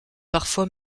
parfois